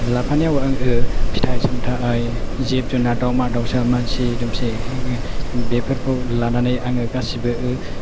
लाफानायाव आङो फिथाइ सामथाइ जिब जुनार दाउमा दाउसा मानसि दोमसि बेफोरखौ लानानै आङो गासिबो